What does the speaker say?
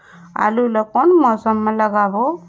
आलू ला कोन मौसम मा लगाबो?